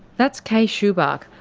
that's kay schubach,